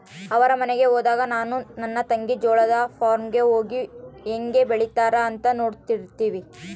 ಅವರ ಮನೆಗೆ ಹೋದಾಗ ನಾನು ನನ್ನ ತಂಗಿ ಜೋಳದ ಫಾರ್ಮ್ ಗೆ ಹೋಗಿ ಹೇಂಗೆ ಬೆಳೆತ್ತಾರ ಅಂತ ನೋಡ್ತಿರ್ತಿವಿ